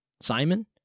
Simon